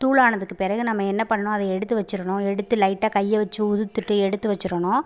தூளானதுக்குப் பிறகு நம்ம என்ன பண்ணணும் அதை எடுத்து வச்சுரணும் எடுத்து லைட்டாக கையை வச்சு உதுர்த்துட்டு எடுத்து வச்சுரணும்